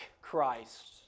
Christ